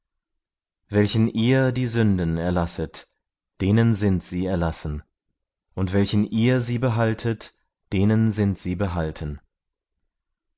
welchen ihr die sünden erlasset denen sind sie erlassen und welchen ihr sie behaltet denen sind sie behalten